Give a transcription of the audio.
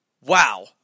wow